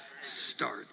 start